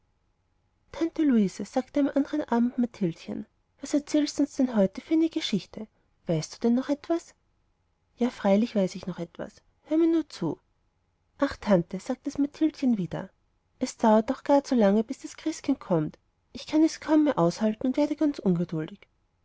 tante luise sagte am andern abend mathildchen was erzählst du uns denn heute für eine geschichte weißt du denn noch etwas ja freilich weiß ich noch etwas hört mir nur zu ach tante sagte das mathildchen wieder es dauert doch gar zu lange bis das christkind kommt ich kann es kaum mehr aushalten und werde ganz ungeduldig